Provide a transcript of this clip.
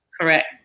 Correct